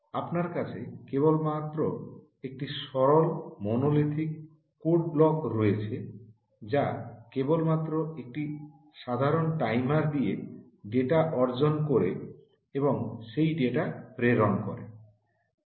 আপনার কাছে একটি সরল মনোলিথিক কোড ব্লক রয়েছে যা একটি সাধারণ টাইমার দিয়ে ডেটা অর্জন পড়তে পারে এবং তারপর সেই ডেটা প্রেরণ করে